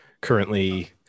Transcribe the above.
currently